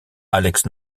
alex